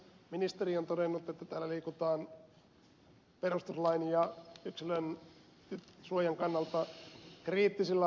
ministeri on todennut että täällä liikutaan perustuslain ja yksilönsuojan kannalta kriittisillä alueilla